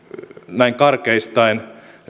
näin karkeistaen